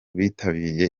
bitabiriye